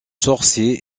sorcier